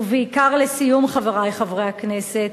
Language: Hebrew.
ובעיקר, לסיום, חברי חברי הכנסת,